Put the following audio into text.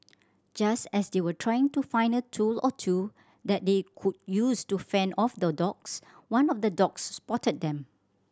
just as they were trying to find a tool or two that they could use to fend off the dogs one of the dogs spotted them